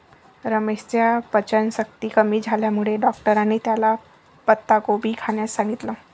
रमेशच्या पचनशक्ती कमी झाल्यामुळे डॉक्टरांनी त्याला पत्ताकोबी खाण्यास सांगितलं